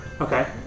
okay